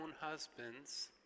husbands